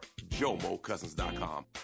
JomoCousins.com